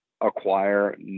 acquire